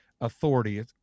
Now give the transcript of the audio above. authority